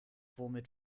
womit